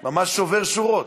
ממש שובר שורות.